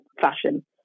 fashion